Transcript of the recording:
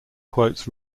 quotes